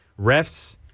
refs